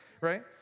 right